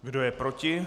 Kdo je proti?